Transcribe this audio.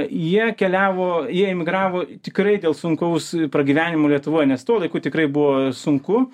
jie keliavo jie emigravo tikrai dėl sunkaus pragyvenimo lietuvoj nes tuo laiku tikrai buvo sunku